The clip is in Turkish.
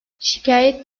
şikayet